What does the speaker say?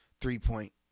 three-point